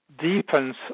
deepens